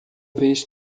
vez